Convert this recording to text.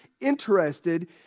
interested